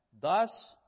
Thus